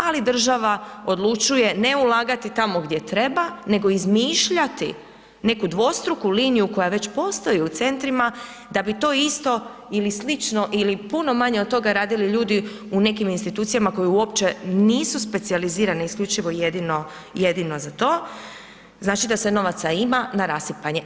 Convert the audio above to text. Ali država odlučuje ne ulagati tamo gdje treba nego izmišljati neku dvostruku liniju koja već postoji u centrima da bi to isto ili slično ili puno manje od toga radili ljudi u nekim institucijama koje uopće nisu specijalizirane isključivo i jedino za to, znači da se novaca ima na rasipanje.